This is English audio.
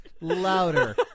louder